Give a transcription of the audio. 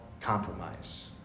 Compromise